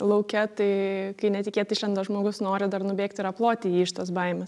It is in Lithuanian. lauke tai kai netikėtai išlenda žmogus nori dar nubėgti ir aploti jį iš tos baimės